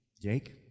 Jake